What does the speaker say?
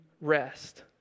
rest